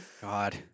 God